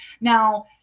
now